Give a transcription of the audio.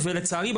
ולצערי,